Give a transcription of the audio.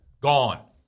gone